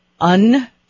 un-